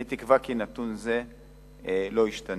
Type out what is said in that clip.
אני תקווה כי נתון זה לא ישתנה.